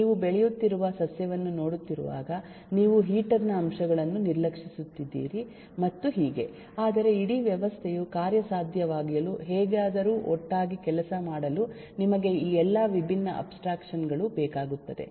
ನೀವು ಬೆಳೆಯುತ್ತಿರುವ ಸಸ್ಯವನ್ನು ನೋಡುತ್ತಿರುವಾಗ ನೀವು ಹೀಟರ್ ನ ಅಂಶಗಳನ್ನು ನಿರ್ಲಕ್ಷಿಸುತ್ತಿದ್ದೀರಿ ಮತ್ತು ಹೀಗೆ ಆದರೆ ಇಡೀ ವ್ಯವಸ್ಥೆಯು ಕಾರ್ಯಸಾಧ್ಯವಾಗಲು ಹೇಗಾದರೂ ಒಟ್ಟಾಗಿ ಕೆಲಸ ಮಾಡಲು ನಿಮಗೆ ಈ ಎಲ್ಲ ವಿಭಿನ್ನ ಅಬ್ಸ್ಟ್ರಾಕ್ಷನ್ ಗಳು ಬೇಕಾಗುತ್ತದೆ